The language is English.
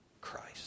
Christ